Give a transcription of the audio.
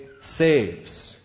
saves